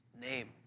name